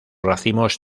racimos